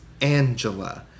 Angela